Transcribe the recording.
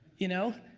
you know?